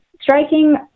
Striking